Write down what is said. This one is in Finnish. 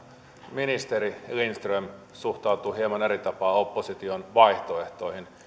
ministeri lindström suhtautui hieman eri tavalla opposition vaihtoehtoihin